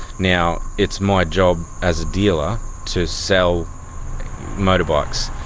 now, it's my job as a dealer to sell motorbikes,